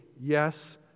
yes